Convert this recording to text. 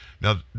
Now